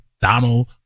Donald